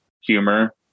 humor